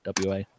WA